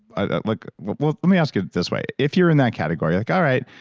ah like well well let me ask it this way, if you're in that category, like all right.